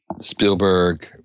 Spielberg